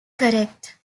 correct